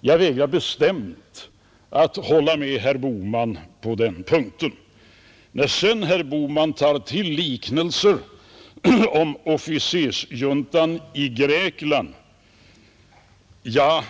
Jag vägrar bestämt att hålla med herr Bohman på den punkten. När sedan herr Bohman tar till liknelser om officersjuntan i Grekland, ja,